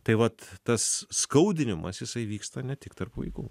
tai vat tas skaudinimas jisai vyksta ne tik tarp vaikų